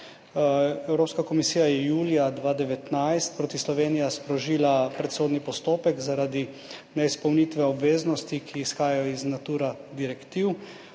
Evropska komisija je julija 2019 proti Sloveniji sprožila predsodni postopek zaradi neizpolnitve obveznosti, ki izhajajo iz direktiv